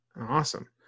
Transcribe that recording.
Awesome